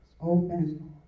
open